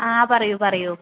ആ പറയൂ പറയൂ